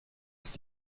ist